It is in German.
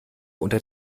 unter